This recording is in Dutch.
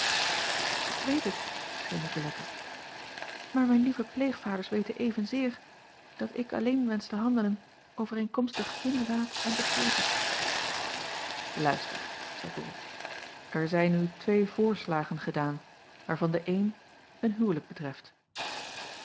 k weet het zeî icolette maar mijn lieve pleegvaders weten evenzeer dat ik alleen wensch te handelen overeenkomstig hun raad en begeerte uister zeî ol er zijn u twee voorslagen gedaan waarvan de een een huwelijk betreft